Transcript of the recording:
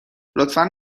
لطفا